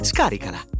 Scaricala